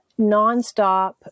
nonstop